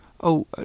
Oh